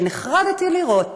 שנחרדתי לראות